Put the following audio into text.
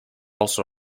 also